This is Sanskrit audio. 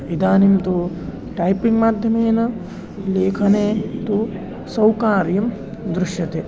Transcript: इदानीं तु टैपिङ्ग् माध्यमेन लेखने तु सौकर्यं दृश्यते